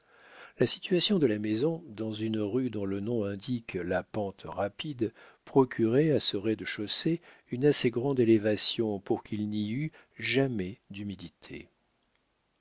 la situation de la maison dans une rue dont le nom indique la pente rapide procurait à ce rez-de-chaussée une assez grande élévation pour qu'il n'y eût jamais d'humidité